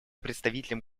представителям